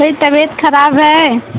थोड़ी तबियत खराब है